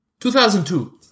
2002